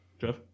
Jeff